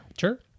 Sure